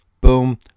boom